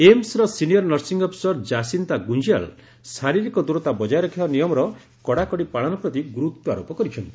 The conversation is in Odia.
ଏମ୍ସର senior nursing officer Jacinta Gunjial ଶରୀରିକ ଦୂରତା ବଜାୟ ରଖିବା ନିୟମର କଡ଼ାକଡ଼ି ପାଳନ ପ୍ରତି ଗୁରୁତ୍ୱାରୋପ କରିଛନ୍ତି